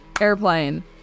airplane